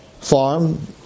farm